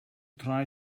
try